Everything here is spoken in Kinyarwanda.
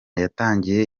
yatangiye